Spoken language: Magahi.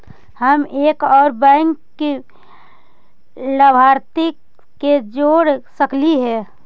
हम एक और बैंक लाभार्थी के जोड़ सकली हे?